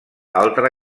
altra